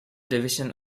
division